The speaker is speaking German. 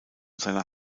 seiner